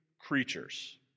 creatures